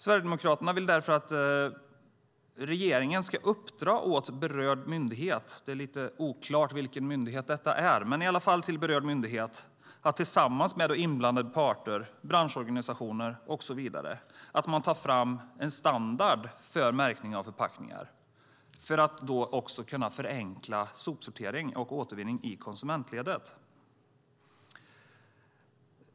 Sverigedemokraterna vill därför att regeringen ska uppdra åt berörd myndighet - det är lite oklart vilken myndighet det är - att tillsammans med inblandade parter, branschorganisationer och så vidare, ta fram en standard för märkning av förpackningar för att kunna förenkla sopsortering och återvinning i konsumentledet.